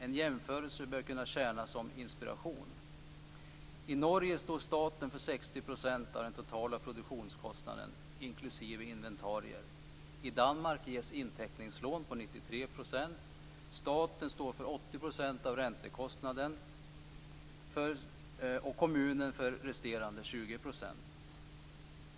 En jämförelse bör kunna tjäna som inspiration: I Norge står staten för 60 % av den totala produktionskostnaden inklusive inventarier. I Danmark ges inteckningslån på 93 %. Staten står för 80 % av räntekostnaden och kommunen för resterande 20 %.